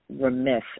remiss